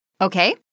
Okay